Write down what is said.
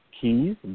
keys